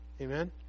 amen